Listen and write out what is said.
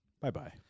Bye-bye